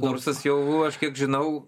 kursas jau aš kiek žinau